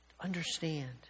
understand